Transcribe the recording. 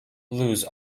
lose